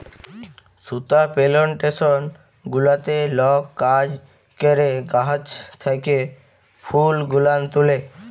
সুতা পেলেনটেসন গুলাতে লক কাজ ক্যরে গাহাচ থ্যাকে ফুল গুলান তুলে